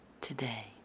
today